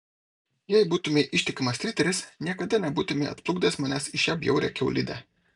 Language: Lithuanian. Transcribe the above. jei būtumei ištikimas riteris niekada nebūtumei atplukdęs manęs į šią bjaurią kiaulidę